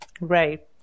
right